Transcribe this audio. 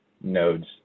nodes